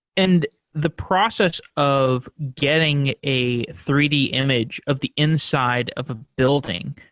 and the process of getting a three d image of the inside of a building,